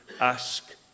ask